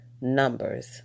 numbers